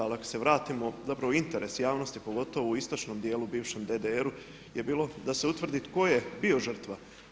Ali ako se vratimo, zapravo interes javnosti pogotovo u istočnom dijelu bivšem DDR-u je bilo da se utvrdi tko je bio žrtva.